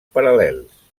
paral·lels